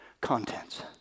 contents